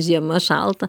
žiema šalta